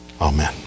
Amen